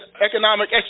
economic